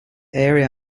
area